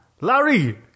Larry